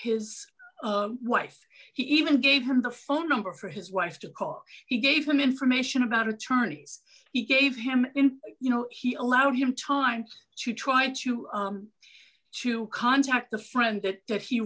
his wife even gave him the phone number for his wife to call he gave them information about attorneys he gave him you know he allowed him time to try to you to contact the friend that